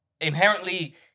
inherently